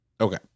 Okay